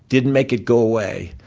didn't make it go away.